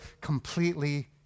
completely